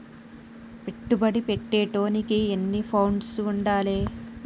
పెట్టుబడి పెట్టేటోనికి ఎన్ని ఫండ్స్ ఉండాలే?